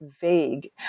vague